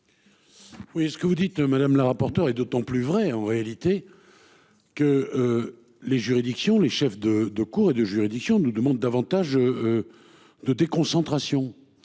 Oui, ce que vous dites madame la rapporteure est d'autant plus vrai en réalité. Que. Les juridictions les chefs de de cour et de juridiction nous demandent davantage. De déconcentration